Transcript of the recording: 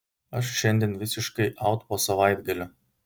aš šiandien visiškai aut po savaitgalio